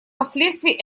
последствий